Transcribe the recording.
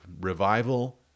revival